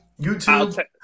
YouTube